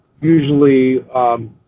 Usually